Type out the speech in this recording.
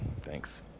thanks